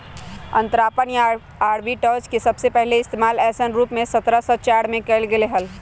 अंतरपणन या आर्बिट्राज के सबसे पहले इश्तेमाल ऐसन रूप में सत्रह सौ चार में कइल गैले हल